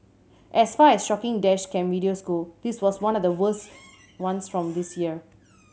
as far as shocking dash cam videos go this was one of the worst ones from this year